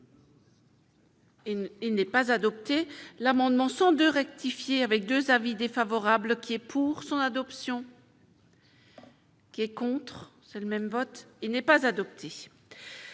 Il n'est pas adopté l'amendement 100 de rectifier avec 2 avis défavorables qui est pour son adoption. Qui est contre, c'est le même vote il n'est pas adopté.